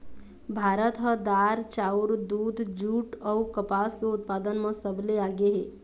भारत ह दार, चाउर, दूद, जूट अऊ कपास के उत्पादन म सबले आगे हे